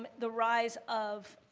um the rise of